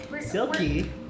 Silky